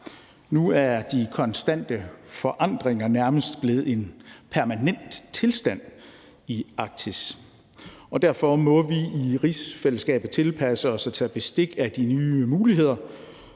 Nu er de konstante forandringer nærmest blevet en permanent tilstand i Arktis, og derfor må vi i rigsfællesskabet tilpasse os og tage bestik af de nye muligheder